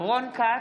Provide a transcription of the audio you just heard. רון כץ,